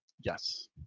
Yes